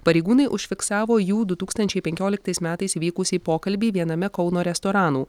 pareigūnai užfiksavo jų du tūkstančiai penkioliktais metais vykusį pokalbį viename kauno restoranų